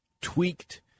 tweaked